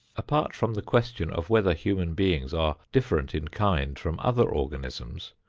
apart from the question of whether human beings are different in kind from other organisms,